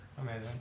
Amazing